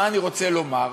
מה אני רוצה לומר?